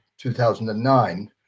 2009